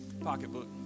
pocketbook